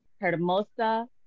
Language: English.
hermosa